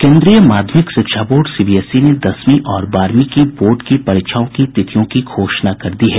केन्द्रीय माध्यमिक शिक्षा बोर्ड सीबीएसई ने दसवीं और बारहवीं की बोर्ड की परीक्षाओं की तिथियों की घोषणा कर दी है